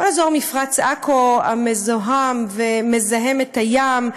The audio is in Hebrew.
כל אזור מפרץ עכו מזוהם ומזהם את הים,